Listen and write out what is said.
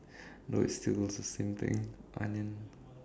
though it still is the same thing onion